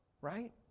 Right